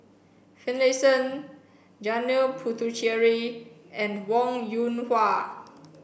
Finlayson Janil Puthucheary and Wong Yoon Wah